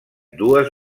dues